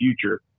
future